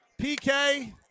PK